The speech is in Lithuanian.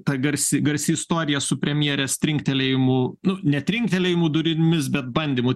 ta garsi garsi istorija su premjerės trinktelėjimu ne trinktelėjimu durimis bet bandymu